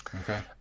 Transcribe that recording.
Okay